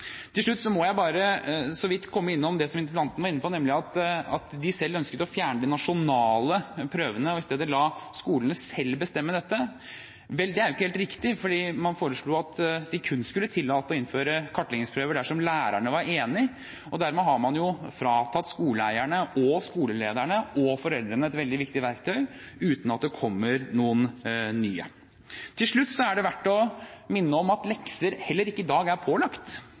Til slutt må jeg bare så vidt komme innom det som interpellanten var inne på, nemlig at de ønsket å fjerne de nasjonale prøvene og i stedet la skolene selv bestemme dette. Vel, det er jo ikke helt riktig, fordi man foreslo at de kun skulle tillates å innføre kartleggingsprøver dersom lærerne var enig. Dermed vil man frata skoleeierne, skolelederne og foreldrene et veldig viktig verktøy, uten at det kommer noen nye. Helt til slutt er det verdt å minne om at lekser heller ikke i dag er pålagt.